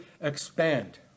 expand